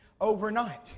Overnight